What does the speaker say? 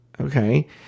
Okay